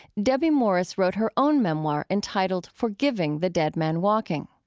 debbie morris wrote her own memoir entitled forgiving the dead man walking,